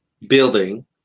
building